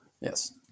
Yes